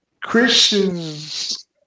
Christians